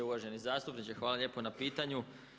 Uvaženi zastupniče hvala lijepo na pitanju.